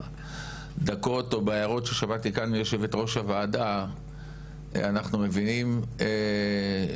בדקות או בהערות ששמעתי כאן מיושבת ראש הוועדה אנחנו מבינים שמקומות